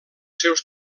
seus